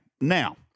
Now